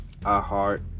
iHeart